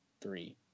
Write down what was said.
three